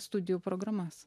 studijų programas